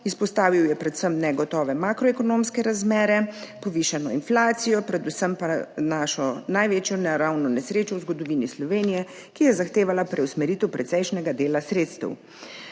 Izpostavil je predvsem negotove makroekonomske razmere, povišano inflacijo, predvsem pa našo največjo naravno nesrečo v zgodovini Slovenije, ki je zahtevala preusmeritev precejšnjega dela sredstev.